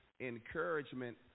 encouragement